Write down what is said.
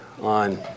on